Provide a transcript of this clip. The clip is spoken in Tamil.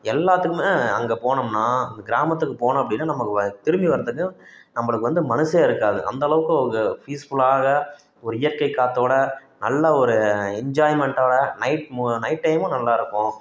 எல்லாத்துக்குமே அங்கே போனோம்னால் அந்த கிராமத்துக்கு போனோம் அப்படின்னா நமக்கு வ திரும்பி வரத்துக்கு நம்மளுக்கு வந்து மனதே இருக்காது அந்தளவுக்கு அவங்க பீஸ்ஃபுல்லாக ஒரு இயற்கை காற்றோட நல்ல ஒரு என்ஜாய்மெண்டோடு நைட் மு நைட் டைமும் நல்லா இருக்கும்